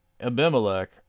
abimelech